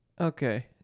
Okay